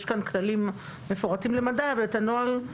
יש כאן כללים מפורטים למדי אבל את הנוהל יכתבו במשרד החקלאות בסוף.